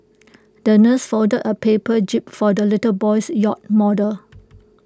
the nurse folded A paper jib for the little boy's yacht model